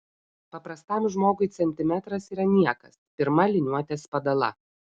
paprastam žmogui centimetras yra niekas pirma liniuotės padala